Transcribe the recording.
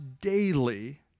daily